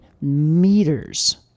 meters